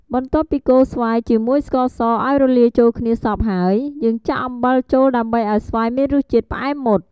បន្ទាប់ពីកូរស្វាយជាមួយស្ករសឱ្យរលាយចូលគ្នាសព្វហើយ យើងចាក់អំបិលចូលដើម្បីឱ្យស្វាយមានរសជាតិផ្អែមមុត។